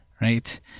right